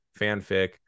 fanfic